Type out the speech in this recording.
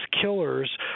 killers